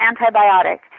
antibiotic